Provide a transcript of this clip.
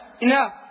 Enough